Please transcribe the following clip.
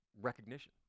recognition